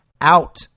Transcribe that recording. out